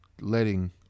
letting